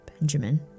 Benjamin